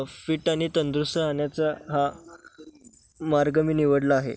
fit आणि तंदुरुस्त राहण्याचा हा मार्ग मी निवडला आहे अर्ज कसा करू